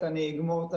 החדשה תיכנס,